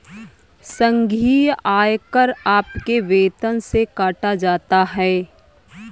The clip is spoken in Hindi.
संघीय आयकर आपके वेतन से काटा जाता हैं